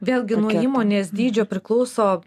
vėlgi nuo įmonės dydžio priklauso